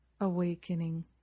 awakening